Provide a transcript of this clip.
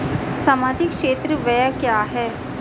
सामाजिक क्षेत्र व्यय क्या है?